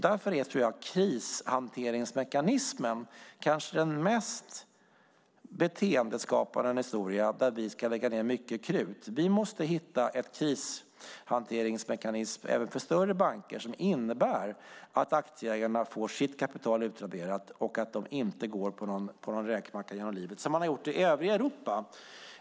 Därför tror jag att krishanteringsmekanismen är det kanske mest beteendeskapande, och där ska vi lägga mycket krut. Vi måste hitta en kristhanteringsmekanism även för större banker som innebär att aktieägarna får sitt kapital utraderat och att de inte går på en räkmacka genom livet som man har gjort i övriga Europa.